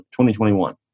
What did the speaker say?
2021